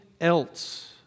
else